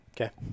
Okay